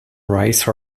rice